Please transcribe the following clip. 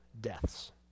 deaths